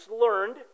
learned